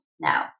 now